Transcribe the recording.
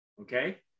Okay